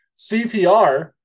CPR